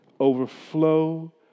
overflow